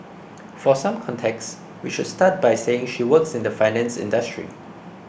for some context we should start by saying she works in the finance industry